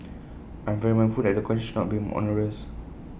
I'm very mindful that the conditions should not be onerous